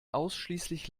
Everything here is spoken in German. ausschließlich